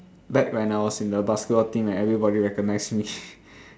back when I was in the basketball team and everybody recognise me